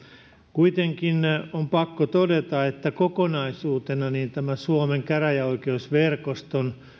kuitenkin on pakko todeta että kokonaisuutena tämä suomen käräjäoikeusverkoston